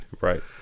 Right